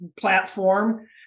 platform